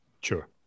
sure